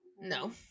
No